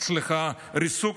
ריסוק